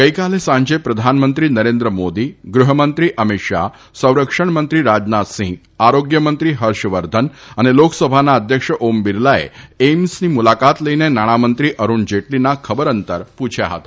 ગઇકાલે સાંજે પ્રધાનમંત્રી નરેન્દ્ર મોદી ગૃહમંત્રી અમીત શાહ સંરક્ષણમંત્રી રાજનાથસિંહ આરોગ્યમંત્રી હર્ષ વર્ધન અને લોકસભાના અધ્યક્ષ ઓમ બિરલાએ એઇમ્સની મુલાકાત લઇ નાણાંમંત્રી અરૂણ જેટલીના ખબરઅંતર પૂછ્યા હતા